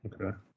okay